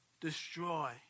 destroy